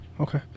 Okay